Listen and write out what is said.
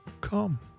come